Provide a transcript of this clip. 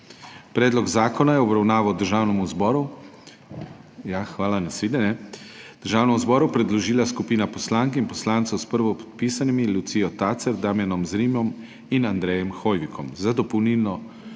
Predlog zakona je v obravnavo Državnemu zboru … Hvala, na svidenje. Državnemu zboru predložila skupina poslank in poslancev s prvopodpisanimi Lucijo Tacer, Damijanom Zrimom in Andrejem Hoivikom. Za dopolnilno